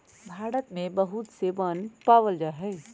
भारत में बहुत से वन पावल जा हई